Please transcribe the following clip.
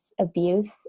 abuse